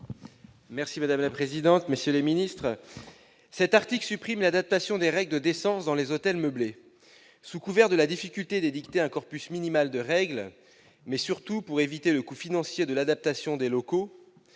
: La parole est à M. Guillaume Gontard. L'article 50 supprime l'adaptation des règles de décence dans les hôtels meublés, sous couvert de la difficulté d'édicter un corpus minimal de règles, mais surtout pour éviter le coût financier de l'adaptation des locaux.